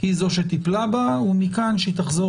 היא זו שטיפלה בה ומכאן שהיא תחזור